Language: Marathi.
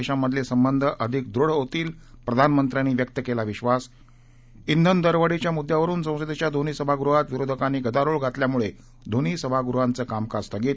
देशांमधले संबंध अधिक दृढ होतील प्रधानमंत्र्यांनी व्यक्त केला विश्वास इंधन दरवाढीच्या मुद्यावरून संसदेच्या दोन्ही सभागृहात विरोधकांनी गदारोळ घातल्यामुळे दोन्ही सभागृहांचं कामकाज स्थगित